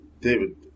David